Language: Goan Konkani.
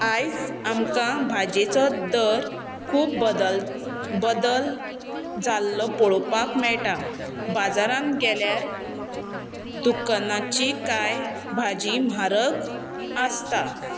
आयज आमकां भाजेचो दर खूब बदल बदल जाल्लो पोळोपाक मेळटा बाजारान गेल्यार दुकानाची कांय भाजी म्हारग आसता